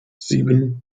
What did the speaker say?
sieben